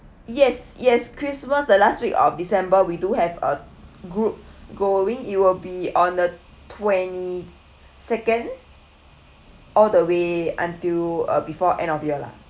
yes yes christmas the last week of december we do have a group going it will be on the twenty second all the way until uh before end of year lah